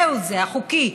זהו זה, החוקי,